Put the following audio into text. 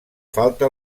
falta